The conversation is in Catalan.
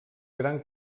gran